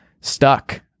Stuck